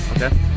okay